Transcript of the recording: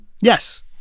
Yes